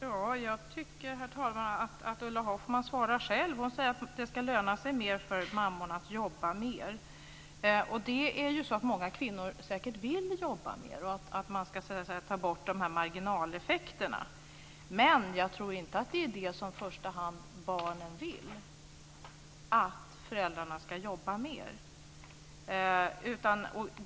Herr talman! Jag tycker att Ulla Hoffmann svarar själv. Hon säger att det ska löna sig för mammorna att jobba mer. Många kvinnor vill säkert jobba mer och att man ska ta bort marginaleffekterna. Men jag tror inte att barnen i första hand vill att föräldrarna ska jobba mer.